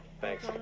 Thanks